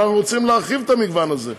ואנחנו רוצים להרחיב את המגוון הזה,